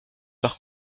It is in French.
par